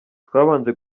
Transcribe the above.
twabanje